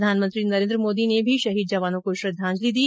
प्रधानमंत्री नरेन्द्र मोदी ने भी शहीद जवानों को श्रद्वांजलि दी